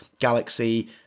galaxy